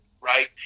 right